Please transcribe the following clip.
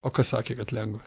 o kas sakė kad lengva